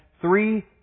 three